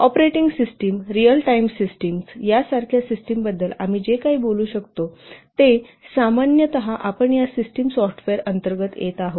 operating system real time systems यासारख्या सिस्टमबद्दल आम्ही जे काही बोलू शकतो ते सामान्यत आपण या सिस्टम सॉफ्टवेयर अंतर्गत येत आहोत